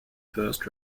first